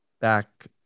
back